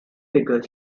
figure